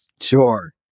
Sure